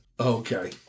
okay